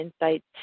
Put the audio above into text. insights